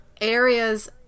areas